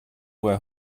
were